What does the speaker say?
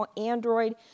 Android